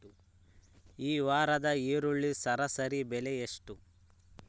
ಈ ವಾರದ ಈರುಳ್ಳಿ ಸರಾಸರಿ ಬೆಲೆ ಎಷ್ಟು?